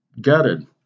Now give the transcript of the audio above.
gutted